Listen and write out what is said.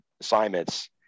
assignments